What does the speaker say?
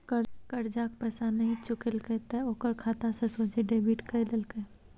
करजाक पैसा नहि चुकेलके त ओकर खाता सँ सोझे डेबिट कए लेलकै